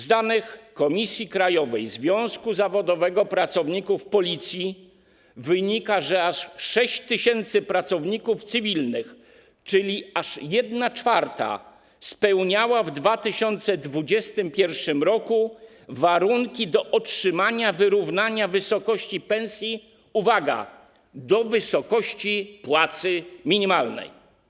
Z danych Komisji Krajowej Związku Zawodowego Pracowników Policji wynika, że aż 6 tys. pracowników cywilnych, czyli aż 1/4, spełniała w 2021 r. warunki do otrzymania wyrównania pensji - uwaga - do wysokości płacy minimalnej.